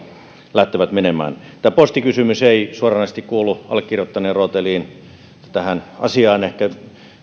lähtevät menemään tämä posti kysymys ei suoranaisesti kuulu allekirjoittaneen rooteliin tähän asiaan ehkä